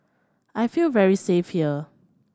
I feel very safe here